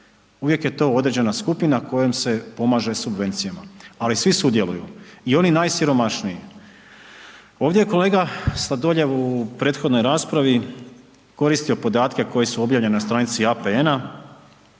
uvijek je to određena skupina kojom se pomaže subvencijama, ali svi sudjeluju i oni najsiromašniji. Ovdje je kolega Sladoljev u prethodnoj raspravi koristio podatke koji su objavljeni na stranici APN-a,